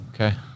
Okay